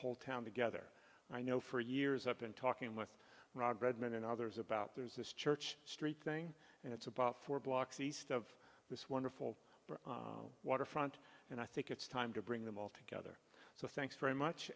whole town together and i know for years i've been talking with robert redmayne and others about there's this church street thing and it's about four blocks east of this wonderful waterfront and i think it's time to bring them all together so thanks very much